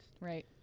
Right